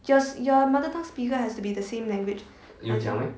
just your mother tongue speaker has to be the same language